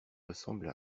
ressemble